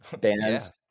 bands